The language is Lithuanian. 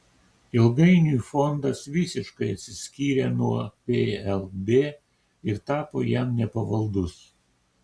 ilgainiui fondas visiškai atsiskyrė nuo plb ir tapo jam nepavaldus